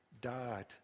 died